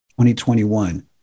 2021